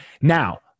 Now